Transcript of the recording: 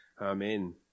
Amen